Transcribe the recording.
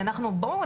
בואו,